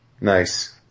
Nice